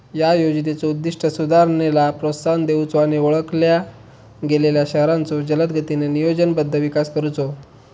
या योजनेचो उद्दिष्ट सुधारणेला प्रोत्साहन देऊचो आणि ओळखल्या गेलेल्यो शहरांचो जलदगतीने नियोजनबद्ध विकास करुचो